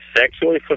sexually